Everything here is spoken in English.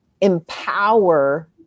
empower